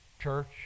church